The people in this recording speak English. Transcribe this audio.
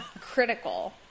critical